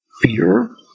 fear